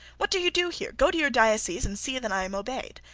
what do you do here? go to your dioceses and see that i am obeyed.